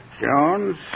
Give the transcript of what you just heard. Jones